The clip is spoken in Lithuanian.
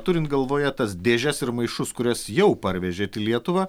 turint galvoje tas dėžes ir maišus kurias jau parvežėt į lietuvą